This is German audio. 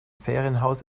ferienhaus